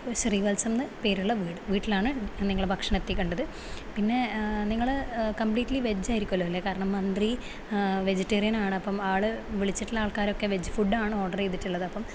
ശ്രീവൽസം എന്ന് പേരുള്ള വീട് വീട്ടിലാണ് നിങ്ങള് ഭക്ഷണം എത്തിക്കേണ്ടത് പിന്നെ നിങ്ങള് കംപ്ലിറ്റിലി വെജ് ആയിരിക്കുമല്ലോ അല്ലെ കാരണം മന്ത്രി വെജിറ്റേറിയൻ ആണപ്പം ആള് വിളിച്ചിട്ടുള്ള ആൾക്കാരൊക്കെ വെജ് ഫുഡാണ് ഓർഡറ് ചെയ്തിട്ടുള്ളത് അപ്പം